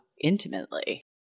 intimately